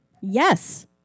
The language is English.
Yes